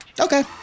Okay